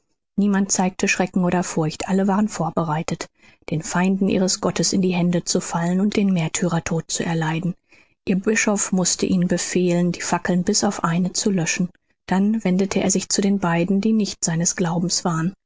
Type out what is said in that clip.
niemand zeigte schrecken oder furcht alle waren vorbereitet den feinden ihres gottes in die hände zu fallen und den märtyrertod zu erleiden ihr bischof mußte ihnen befehlen die fackeln bis auf eine zu löschen dann wendete er sich zu den beiden die nicht seines glaubens waren